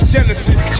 Genesis